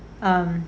um